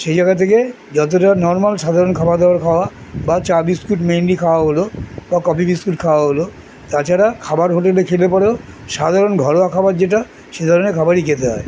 সেই জায়গা থেকে যতটা নর্মাল সাধারণ খাবার দাবার খাওয়া বা চা বিস্কুট মেনলি খাওয়া হলো বা কফি বিস্কুট খাওয়া হলো তাছাড়া খাবার হোটেলে খেলে পরেও সাধারণ ঘরোয়া খাবার যেটা সে ধরনের খাবারই খেতে হয়